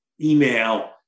email